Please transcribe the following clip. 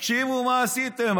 תקשיבו מה עשיתם,